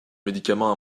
médicament